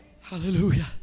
Hallelujah